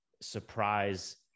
surprise